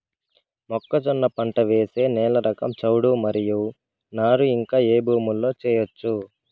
మొక్కజొన్న పంట వేసే నేల రకం చౌడు మరియు నారు ఇంకా ఏ భూముల్లో చేయొచ్చు?